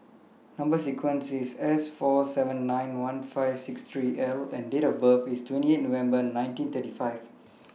Number sequence IS S four seven nine one five six three L and Date of birth IS twenty eight November nineteen thirty five